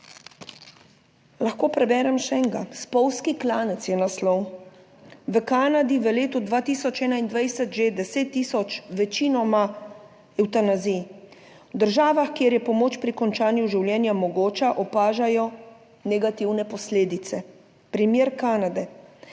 Lahko preberem še enega, Spolzki klanec je naslov: "V Kanadi v letu 2021 že 10 tisoč večinoma evtanazij. V državah, kjer je pomoč pri končanju življenja mogoča, opažajo negativne posledice. Primer Kanade;